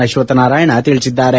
ಅಶ್ವಥ್ ನಾರಾಯಣ ತಿಳಿಸಿದ್ದಾರೆ